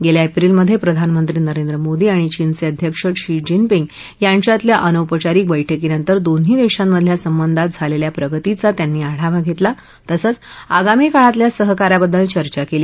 गल्खा एप्रिलमधप्रिधानमंत्री नरेंद्र मोदी आणि चीनचक्रिध्यक्ष शी जिनपिंग यांच्यातल्या अनौपचारिक बैठकीनंतर दोन्ही दश्रामधल्या संबंधात झालख्खा प्रगतीचा त्यांनी आढावा घरल्ला तसंच आगामी काळातल्या सहकार्याबद्दल चर्चा कल्ली